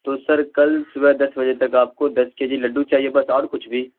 تو سر کل صبح دس بجے تک آپ کو دس کے جی لڈو چاہیے بس اور کچھ بھی